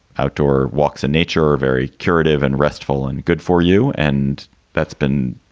outdoor walks in nature are very curative and restful and good for you. and that's been